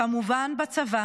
כמובן בצבא